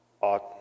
ought